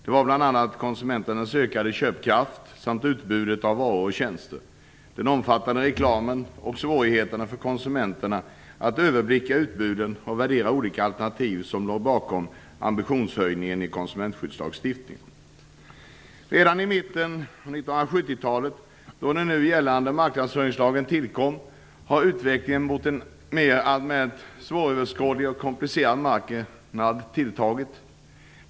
Det var bl.a. konsumenternas ökade köpkraft, utbudet av varor och tjänster, den omfattande reklamen och svårigheterna för konsumenterna att överblicka utbudet och värdera olika alternativ som låg bakom ambitionshöjningen i konsumentskyddslagstiftningen. Sedan mitten av 1970-talet, då den nu gällande marknadsföringslagen tillkom, har utvecklingen mot en alltmer svåröverskådlig och komplicerad marknad tilltagit.